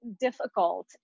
difficult